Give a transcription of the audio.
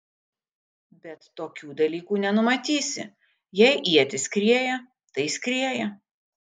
bet tokių dalykų nenumatysi jei ietis skrieja tai skrieja